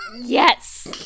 Yes